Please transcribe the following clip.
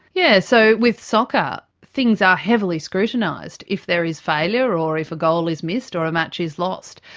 yes. so with soccer things are heavily scrutinised if there is failure or if a goal is missed or a match is lost.